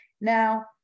Now